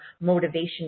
motivation